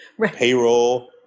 payroll